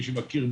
מי שמכיר,